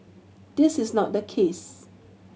this is not the case